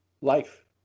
life